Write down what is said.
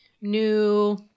new